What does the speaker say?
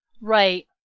Right